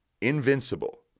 invincible